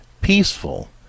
peaceful